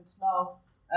last